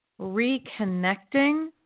reconnecting